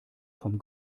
vom